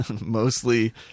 mostly